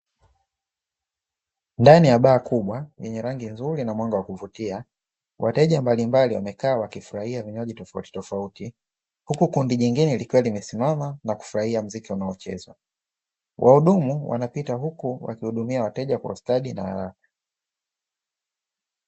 Ndani ya baa kubwa yenye rangi nzuri na mwanga wa kuvutia, wateja mbalimbali wamekaa wakifurahia vinywaji tofautitofauti. Huku kundi jingine likiwa limesimama na kufurahia muziki unaochezwa. Wahudumu wanapita huku wakihudumia wateja kwa ustadi na haraka.